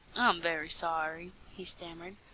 i'm very sorry, he stammered.